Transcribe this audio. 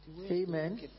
Amen